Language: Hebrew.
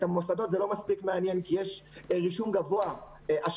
את המוסדות זה לא מספיק מעניין כי השנה יש רישום בהיקף גבוה ללימודים